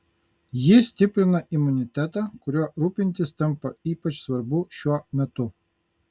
ji stiprina imunitetą kuriuo rūpintis tampa ypač svarbu šiuo metu